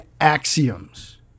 axioms